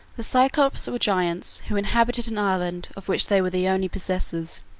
the cyclopes were giants, who inhabited an island of which they were the only possessors.